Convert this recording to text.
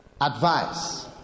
advice